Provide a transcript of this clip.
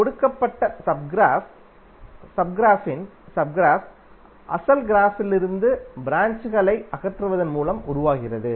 கொடுக்கப்பட்ட க்ராஃப்பின் sub graph அசல் க்ராஃப்பிலிருந்து ப்ராஞ்ச்களை அகற்றுவதன் மூலம் உருவாகிறது